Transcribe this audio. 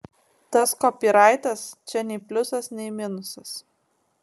tas kopyraitas čia nei pliusas nei minusas